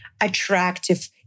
attractive